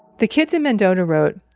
the kids in mendota wrote,